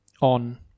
on